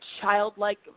childlike